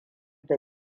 da